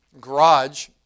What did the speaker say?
garage